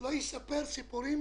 לא יספר סיפורים,